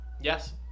yes